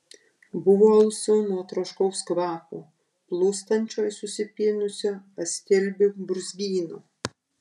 buvo alsu nuo troškaus kvapo plūstančio iš susipynusių astilbių brūzgyno